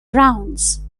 rounds